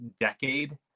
decade